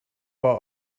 bar